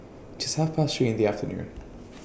Just Half Past three in The afternoon